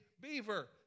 beaver